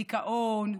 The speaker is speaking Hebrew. דיכאון,